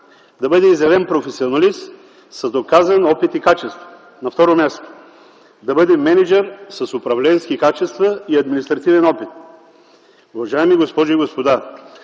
да бъде изявен професионалист с доказан опит и качества; - на второ място, да бъде мениджър с управленски качества и административен опит. Уважаеми госпожи и господа,